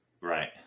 Right